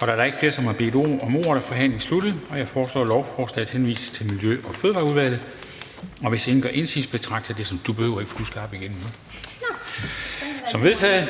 Da der ikke er flere, som har bedt om ordet, er forhandlingen sluttet. Jeg foreslår, at lovforslaget henvises til Miljø- og Fødevareudvalget. Hvis ingen gør indsigelse, betragter jeg det som vedtaget. Det er vedtaget.